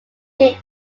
game